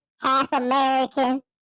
half-American